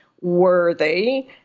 worthy